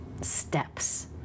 steps